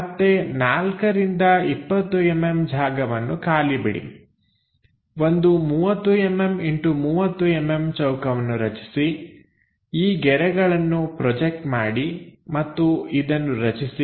ಮತ್ತೆ 4ರಿಂದ 20mm ಜಾಗವನ್ನು ಖಾಲಿ ಬಿಡಿ ಒಂದು 30mm✖30mm ಚೌಕವನ್ನು ರಚಿಸಿ ಈ ಗೆರೆಗಳನ್ನು ಪ್ರೊಜೆಕ್ಟ್ ಮಾಡಿ ಮತ್ತು ಇದನ್ನು ರಚಿಸಿ